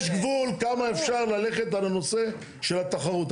יש גבול כמה אפשר ללכת על הנושא של התחרות.